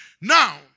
Now